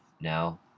now